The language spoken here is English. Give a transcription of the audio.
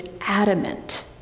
adamant